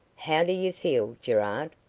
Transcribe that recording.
how do you feel, gerard?